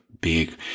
big